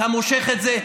אתה מושך את זה.